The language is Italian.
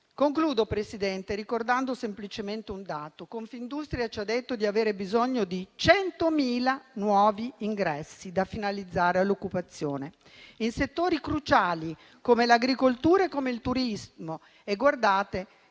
Concludo, Presidente, ricordando semplicemente un dato. Confindustria ci ha detto di avere bisogno di 100.000 nuovi ingressi, da finalizzare all'occupazione in settori cruciali come l'agricoltura e il turismo. E guardate